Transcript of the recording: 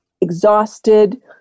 exhausted